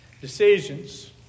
Decisions